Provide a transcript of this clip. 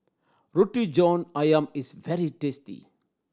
Roti John Ayam is very tasty